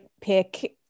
pick